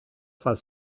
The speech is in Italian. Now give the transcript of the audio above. far